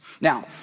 Now